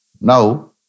Now